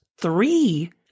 three